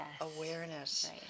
awareness